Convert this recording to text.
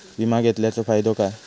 विमा घेतल्याचो फाईदो काय?